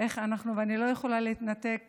ואני לא יכולה להתנתק